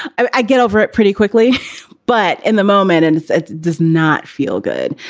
i get over it pretty quickly but in the moment and it does not feel good,